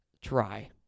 Try